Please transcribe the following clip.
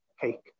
cake